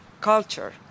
culture